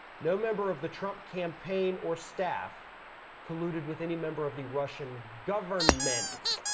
no member of the trump campaign or staff colluded with any member of the russian government.